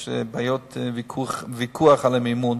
ויש ויכוח על המימון.